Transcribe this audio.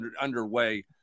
underway